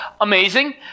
amazing